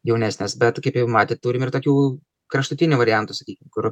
jaunesnis bet kaip jau matėt turim ir tokių kraštutinių variantų sakykim kur